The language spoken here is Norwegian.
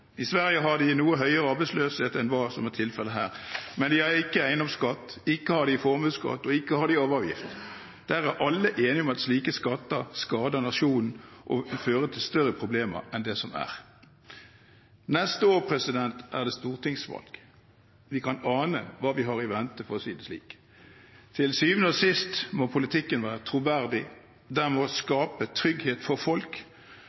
I Sverige har de en noe høyere arbeidsløshet enn hva som er tilfellet her, men de har ikke eiendomsskatt, ikke har de formuesskatt, og ikke har de arveavgift. Der er alle enige om at slike skatter skader nasjonen og vil føre til større problemer enn dem man har. Neste år er det stortingsvalg. Vi kan ane hva vi har i vente, for å si det slik. Til syvende og sist må politikken være troverdig. Den må skape trygghet for folk,